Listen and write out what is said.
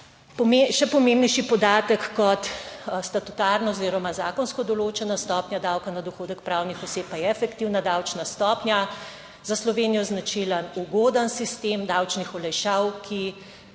Še pomembnejši podatek kot statutarna oziroma zakonsko določena stopnja davka na dohodek pravnih oseb pa je efektivna davčna stopnja. Za Slovenijo je značilen ugoden sistem davčnih olajšav,